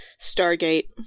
Stargate